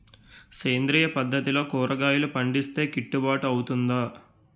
సేంద్రీయ పద్దతిలో కూరగాయలు పండిస్తే కిట్టుబాటు అవుతుందా?